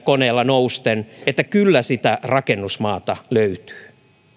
koneella nousten että kyllä sitä rakennusmaata löytyy